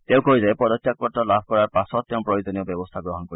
তেওঁ কয় যে পদত্যাগপত্ৰ লাভ কৰাৰ পাছত তেওঁ প্ৰয়োজনীয় ব্যৱস্থা গ্ৰহণ কৰিব